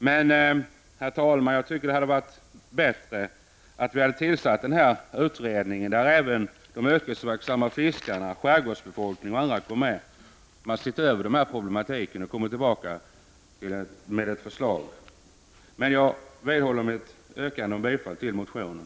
Jag tycker att det hade varit bättre om vi hade tillsatt en utredning där även yrkesverksamma fiskare, människor som bor i skärgården och andra, hade kunnat vara med. Man hade sett över problemen och kommit tillbaka med ett förslag. Jag vidhåller emellertid mitt yrkande om bifall till motionen.